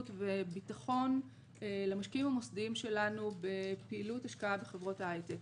וביטחון למשקיעים המוסדיים שלנו בפעילות השקעה בחברות ההייטק.